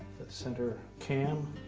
center cam